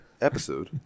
episode